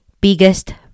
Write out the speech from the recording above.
biggest